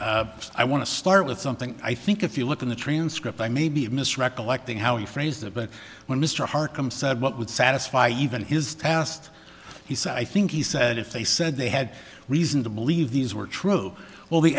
but i want to start with something i think if you look in the transcript i may be mis recollecting how you phrase that but when mr harken said what would satisfy even his past he said i think he said if they said they had reason to believe these were true well the